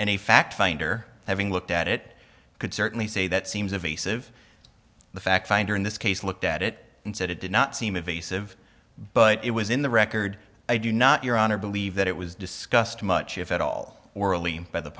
in fact finder having looked at it could certainly say that seems of a sieve the fact finder in this case looked at it and said it did not seem of a sieve but it was in the record i do not your honor believe that it was discussed much if at all orally by the